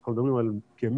אנחנו מדברים על כ-100,000